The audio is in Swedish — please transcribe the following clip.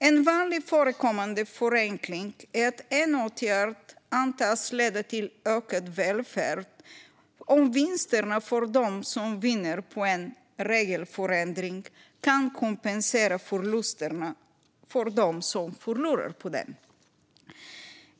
En vanligt förekommande förenkling är att en åtgärd antas leda till ökad välfärd om vinsterna för dem som vinner på en regelförändring kan kompensera förlusterna för dem som förlorar på den.